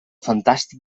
fantàstic